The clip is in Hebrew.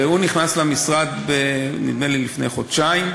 והוא נכנס למשרד, נדמה לי, לפני חודשיים,